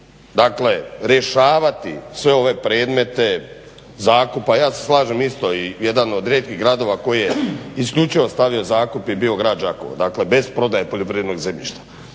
dakle rješavati sve ove predmete zakupa, ja se slažem isto i jedan od rijetkih gradova koji je isključivo stavio zakup je bio grad Đakova, dakle bez prodaje poljoprivrednog zemljišta.